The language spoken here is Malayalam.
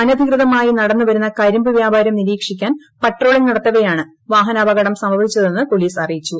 അനധികൃതമായി നടന്നുവരുന്ന കരിമ്പ് വ്യാപാരം നിരീക്ഷിക്കാൻ പട്രോളിങ് നടത്തവെയാണ് വാഹനാപകടം സംഭവിച്ചതെന്ന് പോലീസ് അറിയിച്ചു